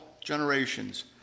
generations